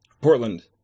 Portland